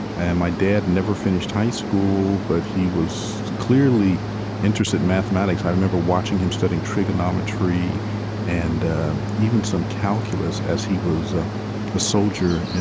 and my dad never finished high school, but he was clearly interested in mathematics. i remember watching him studying trigonometry and even some calculus as he was a soldier,